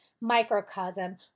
microcosm